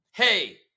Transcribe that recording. Hey